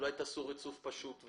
שאולי תעשו ריצוף פשוט,